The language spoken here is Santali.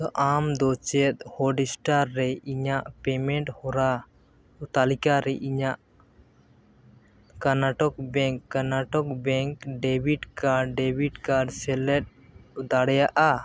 ᱟᱢᱫᱚ ᱪᱮᱫ ᱦᱚᱴᱥᱴᱟᱨ ᱨᱮ ᱤᱧᱟᱹᱜ ᱯᱮᱢᱮᱱᱴ ᱦᱚᱨᱟ ᱛᱟᱹᱞᱤᱠᱟᱨᱮ ᱤᱧᱟᱹᱜ Karnataka Bank Karnataka Bank debit card debit card ᱥᱮᱞᱮᱫ ᱫᱟᱲᱮᱭᱟᱜᱼᱟ